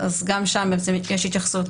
גם שם יש התייחסות